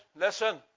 listen